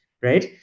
right